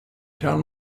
town